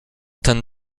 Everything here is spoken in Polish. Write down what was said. ten